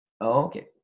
Okay